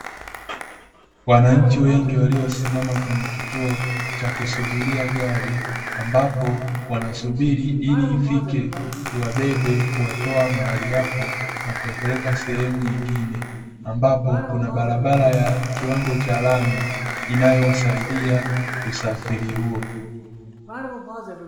Wananchi wengi waliosimama kwenye kituo cha kusubiria gari, ambapo wanasubiri ili ifike iwabebe, kuwatoa mahali hapo na kuwapeleka sehemu nyingine. Ambapo kuna barabara ya kiwango cha lami inayosaidia usafiri huo.